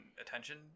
attention